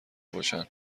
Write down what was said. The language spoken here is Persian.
باشن